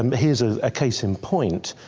um here's ah a case in point,